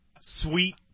sweet